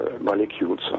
molecules